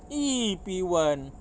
!ee! P one